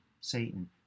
Satan